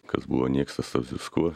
kas buvo nieks tas taps viskuo